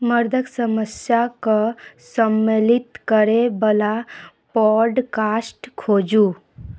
मर्दक समस्याक सम्मिलित करएवला पॉड कास्ट खोजू